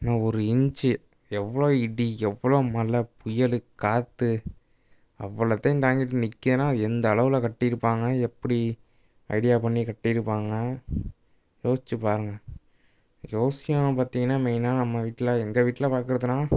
இன்னும் ஒரு இன்ச்சி எவ்வளோ இடி எவ்வளோ மழை புயல் காற்று அவ்வளோத்தையும் தாங்கிட்டு நிக்கிதுன்னா அது எந்த அளவில் கட்டியிருப்பாங்க எப்படி ஐடியா பண்ணி கட்டியிருப்பாங்க யோசிச்சி பாருங்கள் ஜோசியம் பார்த்தீங்கன்னா மெயினாக நம்ம வீட்டில் எங்கள் வீட்டில் பார்க்கறதுன்னா